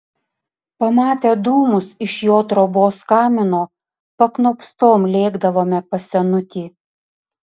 pamatę dūmus iš jo trobos kamino paknopstom lėkdavome pas senutį